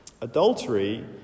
Adultery